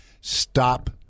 stop